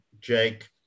Jake